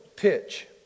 pitch